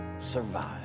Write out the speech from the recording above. survive